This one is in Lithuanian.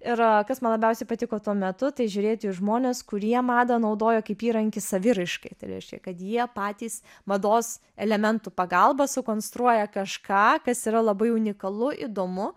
ir kas man labiausiai patiko tuo metu tai žiūrėti į žmones kurie madą naudojo kaip įrankį saviraiškai tai reiškia kad jie patys mados elementų pagalba sukonstruoja kažką kas yra labai unikalu įdomu